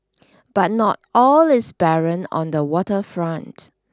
But not all is barren on the water front